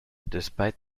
despite